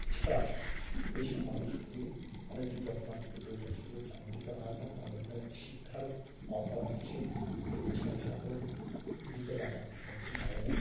এছাড়া এই সব মানুষগুলি অনেক বেশি যত্ন আত্তি প্রয়োজন সেগুলো গ্রামের দিকে হয় না কারণ এখানে শিক্ষারও অভাব আছে এছাড়া শহরের দিকের ব্যাপারটা সম্পূর্ণ আলাদা